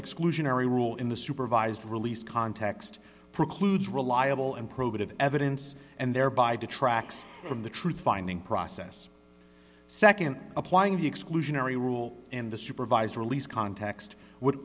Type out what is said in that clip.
exclusionary rule in the supervised release context precludes reliable and probative evidence and thereby detracts from the truth finding process nd applying the exclusionary rule in the supervised release context would